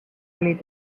oli